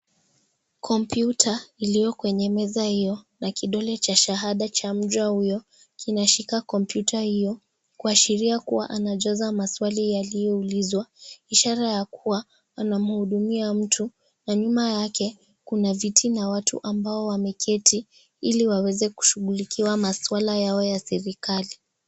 Kompyuta iliyo kwenye meza hiyo na kidole cha shahada cha mja huyo kinashika kompyuta hiyo kuashiria kuwa anajaza maswali yaliyoulizwa ishara ya kuwa anamhudumia mtu na nyuma yake kuna vitu na watu ambao wameketi ili waweze kushughulikiwa maswala yao ya serikali.